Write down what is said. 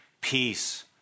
peace